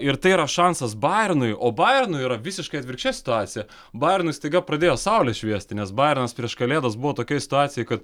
ir tai yra šansas bajernui o bajernui yra visiškai atvirkščia situacija bajernui staiga pradėjo saulė šviesti nes bajernas prieš kalėdas buvo tokioje situacijoje kad